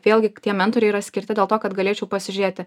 vėlgi tie mentoriai yra skirti dėl to kad galėčiau pasižiūrėti